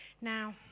Now